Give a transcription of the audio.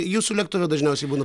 jūsų lėktuve dažniausiai būna